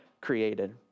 created